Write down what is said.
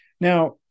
Now